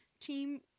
team –